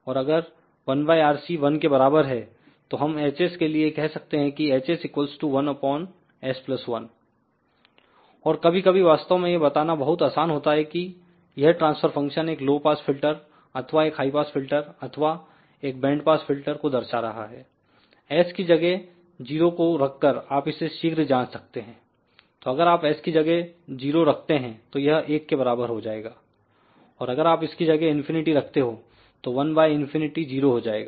और अगर1RC 1के बराबर है तो हम H के लिए कह सकते हैं कि Hs1s1 और कभी कभी वास्तव में यह बताना बहुत आसान होता है कि यह ट्रांसफर फंक्शन एक लो पास फिल्टर अथवा एक हाई पास फिल्टर अथवा एक बैंड पास फिल्टर को दर्शा रहा है s की जगह0 को रखकर आप इसे शीघ्र जांच सकते हैं तो अगर आप s की जगह 0 रखते हैं तो यह 1 के बराबर हो जाएगा और अगर आप इसकी जगह इंफिनिटी रखते हैंतो 1 बाय इंफिनिटी 0 हो जाएगा